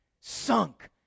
sunk